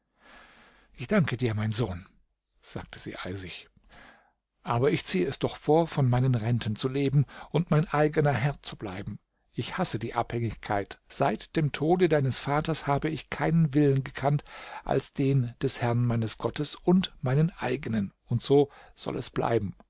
ich danke dir mein sohn sagte sie eisig aber ich ziehe es doch vor von meinen renten zu leben und mein eigener herr zu bleiben ich hasse die abhängigkeit seit dem tode deines vaters habe ich keinen willen gekannt als den des herrn meines gottes und meinen eigenen und so soll es bleiben